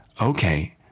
Okay